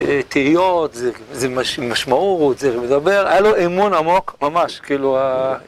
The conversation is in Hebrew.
תהיות, זה... זה מש... משמעות, זה מדבר, היה לו אמון עמוק ממש, כאילו ה...